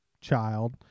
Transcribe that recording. child